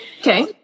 Okay